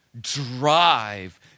drive